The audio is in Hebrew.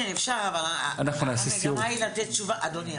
אדוני,